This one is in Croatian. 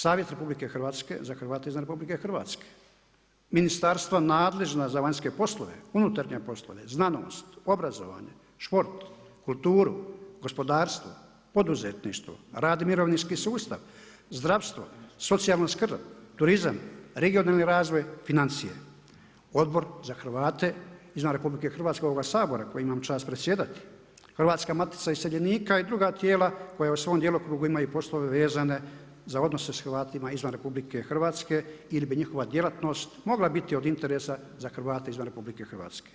Savjet RH za Hrvate izvan RH, ministarstva nadležna za vanjske poslove, unutarnje poslove, znanost, obrazovanje, šport, kulturu, gospodarstvo, poduzetništvo, rad i mirovinski sustav, zdravstvo, socijalnu skrb, turizam, regionalni razvoj, financije, Odbor za Hrvate izvan RH ovoga Sabora koji imam čast predsjedati, Hrvatska matica iseljenika i druga tijela koja u svom djelokrugu imaju poslove vezane za odnose sa Hrvatima izvan RH i jer bi njihova djelatnost mogla biti od interesa za Hrvate izvan RH.